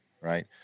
right